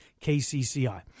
KCCI